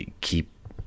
keep